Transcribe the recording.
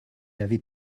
avait